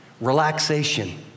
relaxation